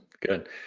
Good